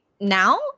now